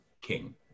king